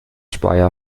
speyer